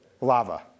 Lava